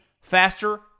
faster